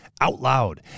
OUTLOUD